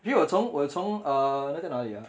没有我有从我有从 uh 那个哪里啊